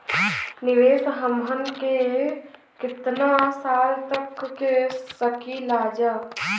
निवेश हमहन के कितना साल तक के सकीलाजा?